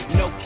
no